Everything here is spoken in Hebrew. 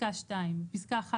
(2)בפסקה (1),